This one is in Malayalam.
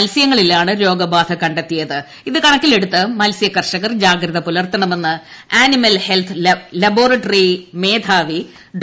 മത്സ്യങ്ങളിലാണ് രോഗബാധ ഇത് കണക്കിലെടുത്ത് മത്സ്യ കർഷകർ ജാഗ്രത പുലർത്തണമെന്ന് അനിമൽ ഹ്ലെൽത്ത് ലബോറട്ടറി മേധാവി ഡോ